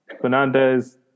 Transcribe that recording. Fernandez